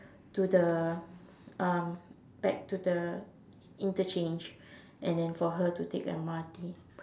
to the um back to the interchange and then for her to take the M_R_T